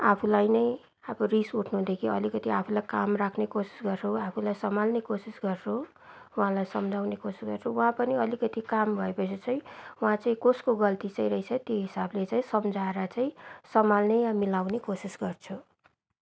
आफुलाई नै रिस उठनुदेखि अलिकति आफुलाई काम राख्ने कोसिस गर्छु आफुलाई सम्हाल्ने कोसिस गर्छु उहाँलाई सम्झाउने कोसिस गर्छु उहाँ पनि अलिकति काम भए पछि चाहिँ उहाँ चाहिँ कसको गल्ती चाहिँ रहेछ त्यो हिसाबले सम्झाएर चाहिँ सम्हाल्ने या मिलाउने कसिस गर्छु